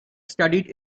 studied